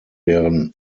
deren